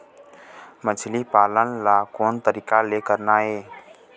मछली पालन ला कोन तरीका ले करना ये?